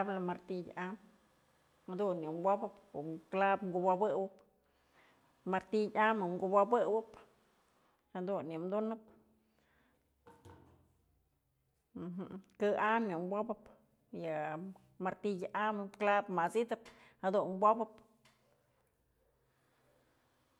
Tabla martillë am, jadun yë wopëp ko'o clavo kuwopë, martillë am yë kuwopëp jadun yë tunëp kë am yë wopëp yë martillë am clavo mat'sidëp jadun wopëp.